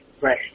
Right